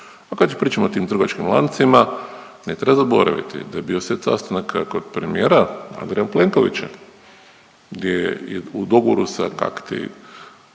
A kad pričamo o tim trgovačkim lancima ne treba zaboraviti da je bio set sastanaka kod premijera Andreja Plenkovića gdje je u dogovoru sa kakti